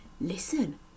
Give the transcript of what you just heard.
Listen